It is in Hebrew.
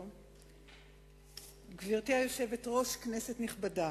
גברתי היושבת-ראש, כנסת נכבדה,